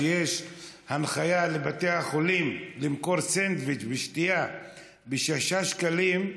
שיש הנחיה לבתי החולים למכור סנדוויץ' ושתייה בשישה שקלים,